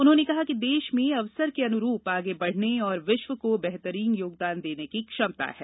उन्होंने कहा कि देश में अवसर के अनुरूप आगे बढने और विश्व को बेहतरीन योगदान देने की क्षमता है